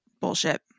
Bullshit